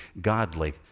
godly